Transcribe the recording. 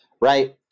right